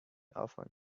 often